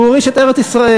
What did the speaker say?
הוא הוריש את ארץ-ישראל.